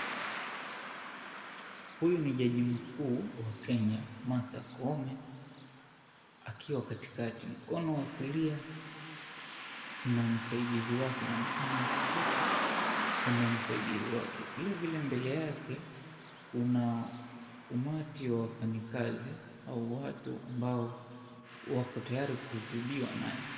Huyu ni jaji mkuu wa Kenya, Martha Koome, akiwa katikakati mkono wa kulia, kuna msaidizi wake na mkono wa kushoto kuna msaidizi wake. Vilivile, mbele yake kuna umati wa wafanyikazi au watu ambao wako tayari kuhutubiwa nae.